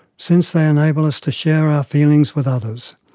since they enable us to share our feelings with others.